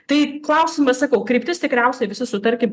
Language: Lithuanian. tai klausimas sakau kryptis tikriausiai visi sutarkim